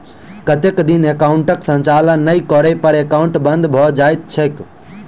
कतेक दिन एकाउंटक संचालन नहि करै पर एकाउन्ट बन्द भऽ जाइत छैक?